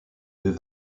deux